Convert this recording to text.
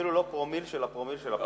אפילו לא פרומיל של הפרומיל של הפרומיל.